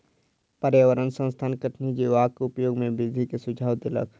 पर्यावरण संस्थान कठिनी जीवक उपयोग में वृद्धि के सुझाव देलक